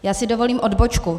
Já si dovolím odbočku.